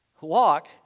walk